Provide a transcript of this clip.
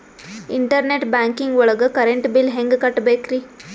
Internet banking ಒಳಗ್ current bill ಹೆಂಗ್ ಕಟ್ಟ್ ಬೇಕ್ರಿ?